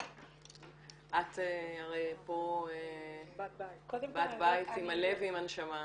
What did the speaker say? את הרי פה בת בית עם הלב ועם הנשמה,